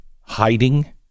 hiding